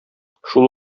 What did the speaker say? шул